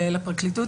לפרקליטות,